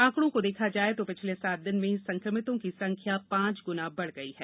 आंकड़ों को देखा जाये तो पिछले सात दिन में संक्रमितों की संख्या पांच गुना बढ़ गयी है